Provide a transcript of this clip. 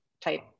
Type